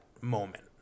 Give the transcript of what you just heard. moment